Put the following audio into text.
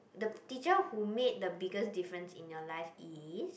the teacher who made the biggest difference in your life is